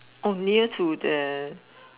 near to the